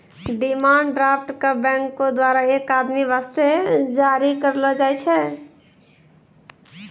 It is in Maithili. डिमांड ड्राफ्ट क बैंको द्वारा एक आदमी वास्ते जारी करलो जाय छै